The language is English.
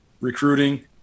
recruiting